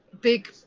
big